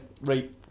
Right